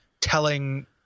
telling